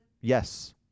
Yes